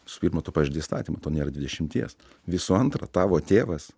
visų pirma tu pažeidei įstatymą tau nėra dvidešimties visų antra tavo tėvas